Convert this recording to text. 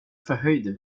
förhöjde